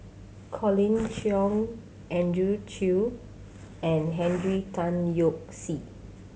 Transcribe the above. Colin Cheong Andrew Chew and Henry Tan Yoke See